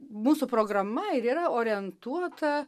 mūsų programa ir yra orientuota